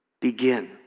begin